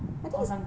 or something